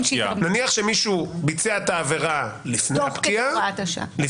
--- נניח שמישהו ביצע את העבירה לפני הפקיעה,